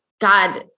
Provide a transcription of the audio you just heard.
God